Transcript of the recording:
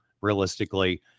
realistically